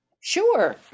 Sure